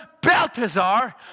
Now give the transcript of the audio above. Balthazar